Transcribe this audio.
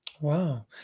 Wow